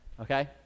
Okay